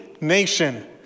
nation